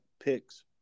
picks